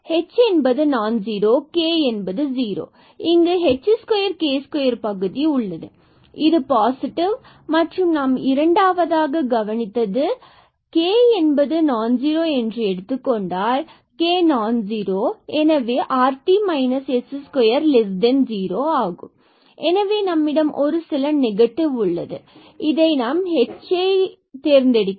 ஏனெனில் h என்பது நான் ஜுரோ மற்றும் k கே ஜீரோ இங்கு h2k2பகுதி உள்ளது இது பாசிட்டிவ் மற்றும் இரண்டாவதாக நாம் கவனித்தது என்பதை k நான் ஜுரோ என்று எடுத்துக்கொள்வோம் எனவே k நான் ஜுரோ rt s20 ஆகும் எனவே நம்மிடம் ஒரு சில நெகட்டிவ் உள்ளது மற்றும் இதை நாம் hஐ தேர்ந்தெடுக்கிறோம்